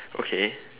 okay